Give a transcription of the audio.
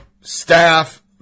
staff